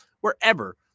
wherever